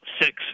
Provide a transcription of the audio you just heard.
six